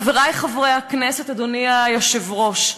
חברי חברי הכנסת, אדוני היושב-ראש,